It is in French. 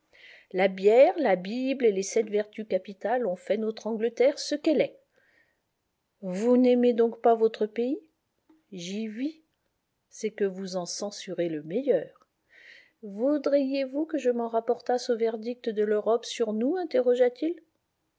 la bière la bible et les sept vertus capitales ont fait notre angleterre ce qu'elle est vous n'aimez donc pas votre pays j'y vis c'est que vous en censurez le meilleur voudriez-vous que je m'en rapportasse au verdict de l'europe sur nous